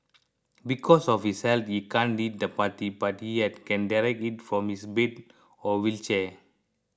because of his health he can't lead the party but he can direct it from his bed or wheelchair